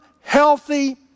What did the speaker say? healthy